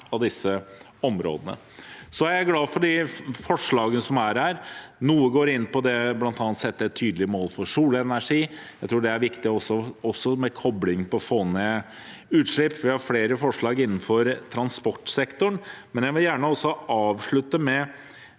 av disse områdene. Jeg er glad for forslagene her, der noen går inn på bl.a. å sette et tydelig mål for solenergi. Jeg tror det er viktig også med koblingen mot å få ned utslipp. Vi har også flere forslag innenfor transportsektoren. Jeg vil gjerne avslutte med